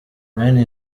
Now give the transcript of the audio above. bene